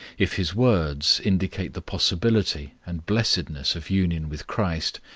if his words indicate the possibility and blessedness of union with christ,